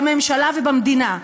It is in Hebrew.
בממשלה ובמדינה.